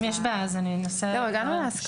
אם יש בעיה, אני אנסה לברר.